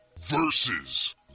versus